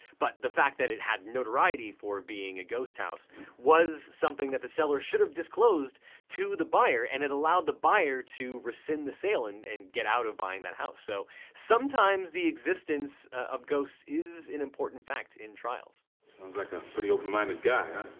but the fact that it had notoriety for being a ghost house was something that the seller should have disclosed to the buyer and it allowed the buyer to rescind the sale and and get out of buying that house. so sometimes, the existence of ghosts is an important fact in trials. sounds like a pretty open-minded guy.